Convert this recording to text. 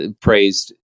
praised